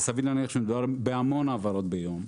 וסביר להניח שמדובר בהמון העברות ביום,